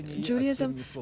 Judaism